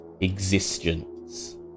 existence